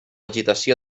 agitació